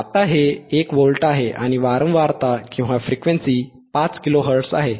आता हे 1 व्होल्ट आहे आणि वारंवारता 5 किलोहर्ट्झ आहे